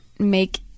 make